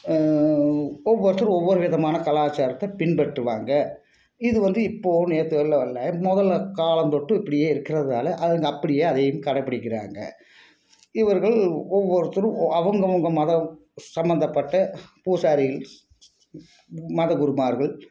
ஒவ்வொருத்தர் ஒவ்வொரு விதமான கலாச்சாரத்தை பின்பற்றுவாங்க இது வந்து இப்போது நேற்று வந்து வர்லை முதல்ல காலந்தொட்டு இப்படியே இருக்கிறதால அவங்க அப்படியே அதையும் கடைபிடிக்கிறாங்க இவர்கள் ஒவ்வொருத்தரும் அவங்கவங்க மதம் சம்பந்தப்பட்ட பூசாரிகள் மத குருமார்கள்